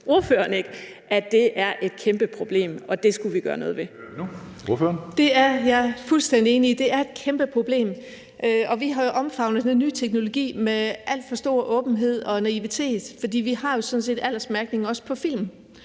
Det hører vi nu. Ordføreren. Kl. 15:31 Birgitte Vind (S): Det er jeg fuldstændig enig. Det er et kæmpe problem. Vi har jo omfavnet den nye teknologi med alt for stor åbenhed og naivitet, for vi har jo sådan set også aldersmærkning på film.